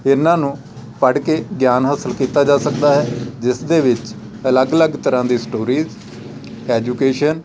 ਇਹਨਾਂ ਨੂੰ ਪੜ੍ਹ ਕੇ ਗਿਆਨ ਹਾਸਿਲ ਕੀਤਾ ਜਾ ਸਕਦਾ ਹੈ ਜਿਸ ਦੇ ਵਿੱਚ ਅਲੱਗ ਅਲੱਗ ਤਰ੍ਹਾਂ ਦੀ ਸਟੋਰੀਜ ਐਜੂਕੇਸ਼ਨ